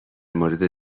مورد